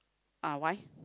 ah why